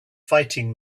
fighting